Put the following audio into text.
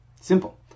simple